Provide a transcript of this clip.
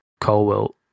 Colwell